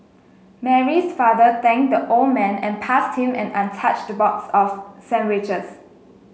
Mary's father thanked the old man and passed him an untouched box of sandwiches